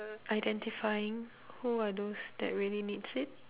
identifying who are those that really needs it